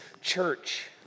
church